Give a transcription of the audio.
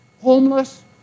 homeless